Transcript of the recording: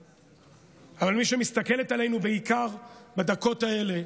אבל מי שמסתכלת עלינו בעיקר בדקות האלה